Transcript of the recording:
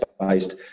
based